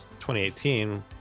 2018